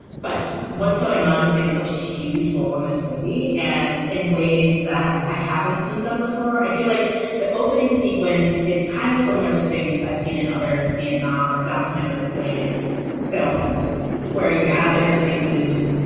but what's going on plays such a huge role in this movie and in ways that i haven't seen done before i feel like the opening sequence is kind of similar to things i've seen in other vietnam or documentary related films where you have inner city blues,